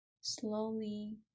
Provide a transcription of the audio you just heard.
slowly